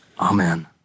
Amen